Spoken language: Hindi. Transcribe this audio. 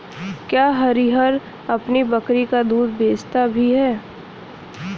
क्या हरिहर अपनी बकरी का दूध बेचता भी है?